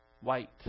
white